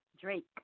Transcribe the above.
Drake